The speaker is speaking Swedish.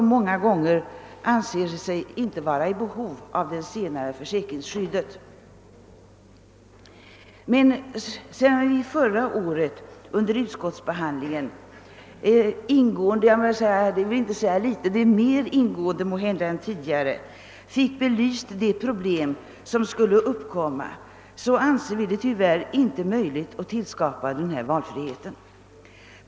Många gånger anser de sig inte vara i behov av det senare försäkringsskyddet. Förra året belystes under utskottsbehandlingen synnerligen ingående — kanske mera ingående än någonsin tidigare, och det vill inte säga litet — de problem som skulle uppkomma, om man skulle tillskapa den föreslagna valfriheten. Vi anser därför inte att det är möjligt att genomföra en sådan valfrihet.